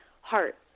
heart